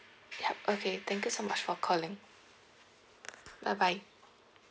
yup okay thank you so much for calling bye bye